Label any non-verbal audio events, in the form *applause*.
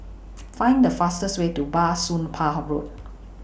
*noise* Find The fastest Way to Bah Soon Pah Road